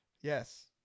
Yes